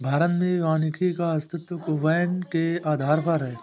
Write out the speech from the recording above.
भारत में वानिकी का अस्तित्व वैन के आधार पर है